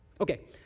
Okay